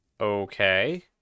Okay